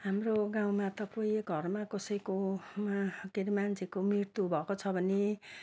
हाम्रो गाउँमा त कोही घरमा कसैकोमा के अरे मान्छेको मृत्यु भएको छ भने